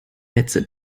netze